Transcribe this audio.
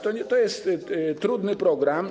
To jest trudny program.